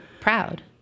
proud